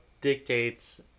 dictates